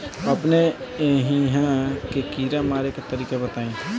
अपने एहिहा के कीड़ा मारे के तरीका बताई?